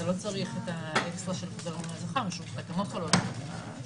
אתה לא צריך את האקסטרה של --- פשוט התקנות חלות --- השאלה